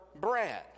bread